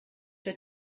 der